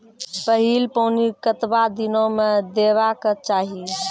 पहिल पानि कतबा दिनो म देबाक चाही?